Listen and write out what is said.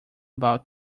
about